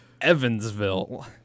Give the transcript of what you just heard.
Evansville